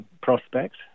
prospect